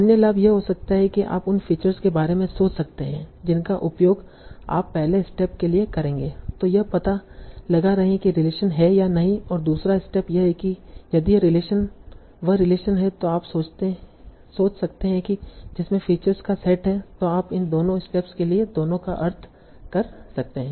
अन्य लाभ यह हो सकता है कि आप उन फीचर्स के बारे में सोच सकते हैं जिनका उपयोग आप पहले स्टेप के लिए करेंगे जो यह पता लगा रहे हैं कि रिलेशन है या नहीं और दूसरा स्टेप यह है कि यदि यह रिलेशन वह रिलेशन है जो आप सोच सकते हैं जिसमे फीचर्स का सेट है तों आप इन दोनों स्टेप्स के लिए दोनों का अर्थ कर सकते हैं